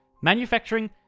Manufacturing